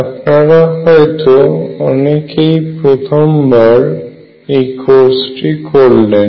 আপনারা হয়তো অনেকেই প্রথম বার এই কোর্সটি করলেন